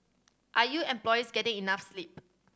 are your employees getting enough sleep